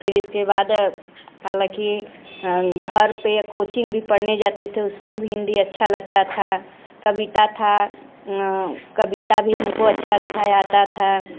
फिर इसके बाद हालांकि घर पर या कोचिंग भी पढ़ने जाते थे उसमें भी हिंदी अच्छा लगती थी कविता थी कविता थी कविता भी हम को अच्छी अच्छी आती थी